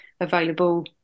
available